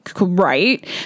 Right